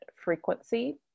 frequency